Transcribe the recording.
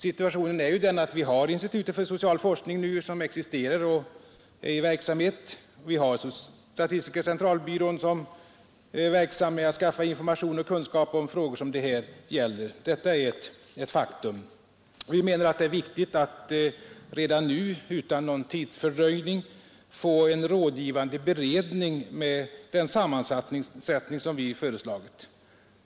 Situationen är den att vi har institutet för social forskning i verksamhet och att vi har statistiska centralbyrån som är verksam med att skaffa information och kunskap om de frågor som det här gäller. Detta är ett faktum. Vi anser att det är viktigt att redan nu, utan någon fördröjning, få en rådgivande beredning med den sammansättning som vi föreslagit.